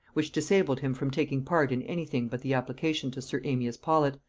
which disabled him from taking part in any thing but the application to sir amias paulet,